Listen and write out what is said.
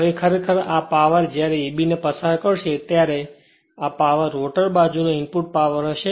હવે ખરેખર આ પાવર જ્યારે ab ને પસાર કરશે ત્યારે આ પાવર રોટર બાજુ નો ઈન્પુટ પાવર હશે